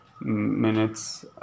minutes